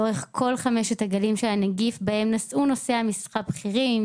לאורך כל חמשת הגלים של הנגיף נשאו נושאי משרה בכירים,